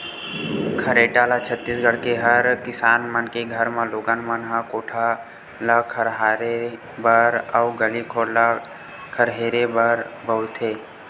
खरेटा ल छत्तीसगढ़ के हर किसान मन के घर म लोगन मन ह कोठा ल खरहेरे बर अउ गली घोर ल खरहेरे बर बउरथे